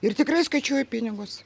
ir tikrai skaičiuoju pinigus